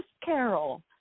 carol